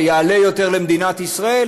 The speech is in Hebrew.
זה יעלה יותר למדינת ישראל,